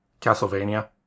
Castlevania